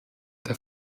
der